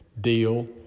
deal